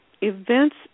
events